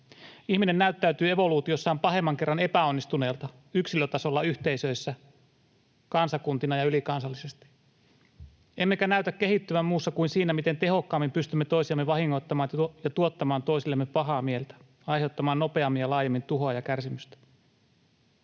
Ihminen näyttäytyy evoluutiossaan pahemman kerran epäonnistuneelta yksilötasolla, yhteisöissä, kansakuntina ja ylikansallisesti, emmekä näytä kehittyvän muussa kuin siinä, miten tehokkaammin pystymme toisiamme vahingoittamaan ja tuottamaan toisillemme pahaa mieltä, aiheuttamaan nopeammin ja laajemmin tuhoa ja kärsimystä.